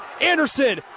anderson